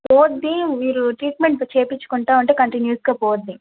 పోతుంది మీరు ట్రీట్మెంట్ చెయ్యించుకుంటూ ఉంటే కంటిన్యూస్గా పోతుంది